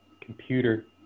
computer